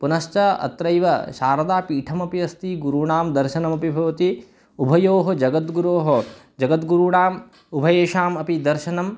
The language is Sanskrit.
पुनश्च अत्रैव शारदापीठमपि अस्ति गुरूणां दर्शनमपि भवति उभयोः जगद्गुर्वोः जगद्गुर्वोः उभयोरपि दर्शनं